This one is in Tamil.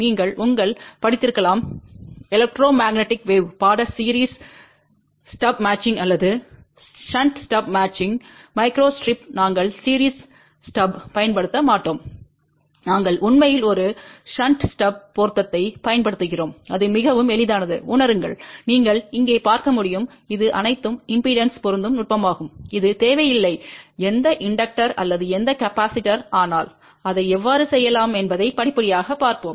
நீங்கள் உங்கள் படித்திருக்கலாம் எலக்ட்ரோ மேக்னெட்டிக் வேவ் பாடத் சீரிஸ் ஸ்டப் மேட்சிங் அல்லது ஷன்ட் ஸ்டப் மேட்சிங் மைக்ரோஸ்டிரிப்பில் நாங்கள் சீரிஸ் ஸ்டப்பைப் பயன்படுத்த மாட்டோம் நாங்கள் உண்மையில் ஒரு ஷன்ட் ஸ்டப் பொருத்தத்தைப் பயன்படுத்துகிறோம் அது மிகவும் எளிதானது உணருங்கள் நீங்கள் இங்கே பார்க்க முடியும் இது அனைத்து இம்பெடன்ஸ் பொருந்தும் நுட்பமாகும் இது தேவையில்லை எந்த இண்டக்டர் அல்லது எந்த கெபாசிடர் ஆனால் அதை எவ்வாறு செய்யலாம் என்பதை படிப்படியாக பார்ப்போம்